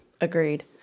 Agreed